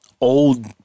old –